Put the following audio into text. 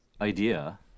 idea